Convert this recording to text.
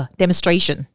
demonstration，